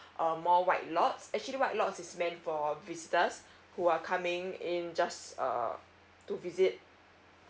uh more white lots actually white lot is meant for visitors who are coming in just err to visit